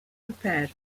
prepared